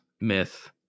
myth